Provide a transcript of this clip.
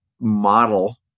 model